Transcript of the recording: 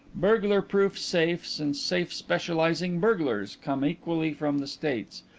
burglar-proof safes and safe-specializing burglars, come equally from the states.